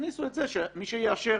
תכניסו את זה שמי שיאשר